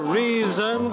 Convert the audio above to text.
reason